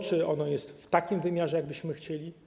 Czy ono jest w takim wymiarze, jak byśmy chcieli?